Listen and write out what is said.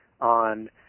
on